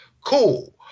Cool